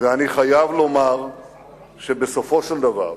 ואני חייב לומר שבסופו של דבר,